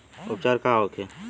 उपचार का होखे?